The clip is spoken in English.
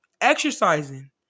Exercising